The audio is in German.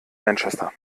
manchester